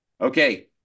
Okay